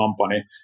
company